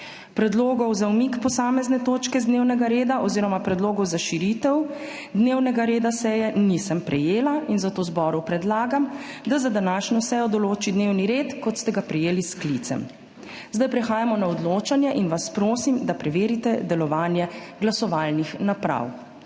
Predlogov za umik posamezne točke z dnevnega reda oziroma predlogov za širitev dnevnega reda seje nisem prejela in zato zboru predlagam, da za današnjo sejo določi dnevni red, kot ste ga prejeli s sklicem. Zdaj prehajamo na odločanje in vas prosim, da preverite delovanje glasovalnih naprav.